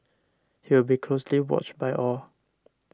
he will be closely watched by all